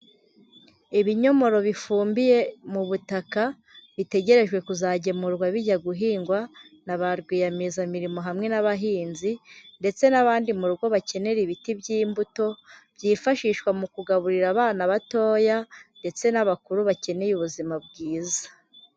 Ibinyomoro bifumbiye mu butaka, bitegerejwe kuzagemurwa bijya guhingwa na ba rwiyemezamirimo hamwe n'abahinzi ndetse n'abandi mu rugo bakenera ibiti by'imbuto byifashishwa mu kugaburira abana batoya ndetse n'abakuru bakeneye ubuzima bwiza.